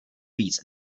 víc